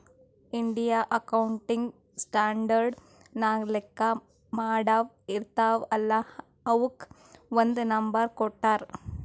Indian accounting standard ನಾಗ್ ಲೆಕ್ಕಾ ಮಾಡಾವ್ ಇರ್ತಾವ ಅಲ್ಲಾ ಅವುಕ್ ಒಂದ್ ನಂಬರ್ ಕೊಟ್ಟಾರ್